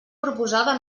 proposada